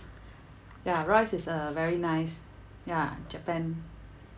ya Royce is uh very nice ya japan